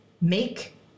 Make